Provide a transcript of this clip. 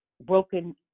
broken